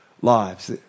lives